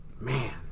man